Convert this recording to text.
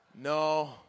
No